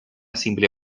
simple